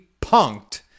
punked